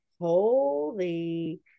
holy